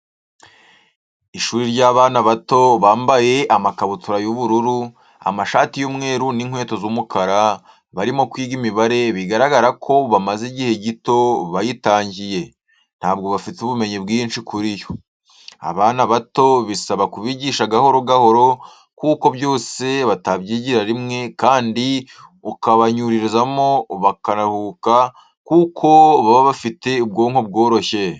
Ishuri ry'abana bato bambaye amakabutura y'ubururu, amashati y'umweru n'inkweto z'umukara, barimo kwiga imibare bigaragara ko bamaze igihe gito bayitangiye, ntabwo bafite ubumenyi bwinshi kuri yo. Abana bato bisaba kubigisha gahoro gahoro kuko byose batabyigira rimwe kandi ukabanyurizamo bakaruhuka kuko baba bafite ubwonko bworoshye.